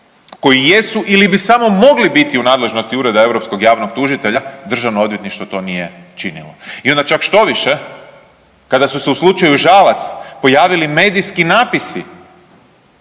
koji jesu ili bi samo mogli biti u nadležnosti ureda Europskog javnog tužitelja, Državno odvjetništvo to nije činilo. I, onda čak štoviše kada su se u slučaju Žalac pojavili medijski napisi